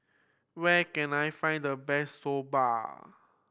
where can I find the best Soba